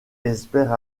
espère